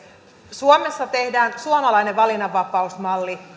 suomessa tehdään suomalainen valinnanvapausmalli